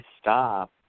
stop